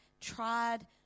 tried